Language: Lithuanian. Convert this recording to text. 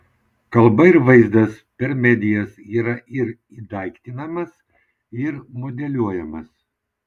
kalba ir vaizdas per medijas yra ir įdaiktinamas ir modeliuojamas